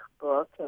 book